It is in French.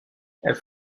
elles